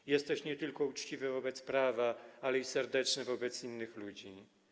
Czy jesteś nie tylko uczciwy wobec prawa, ale i serdeczny wobec innych ludzi?